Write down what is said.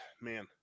man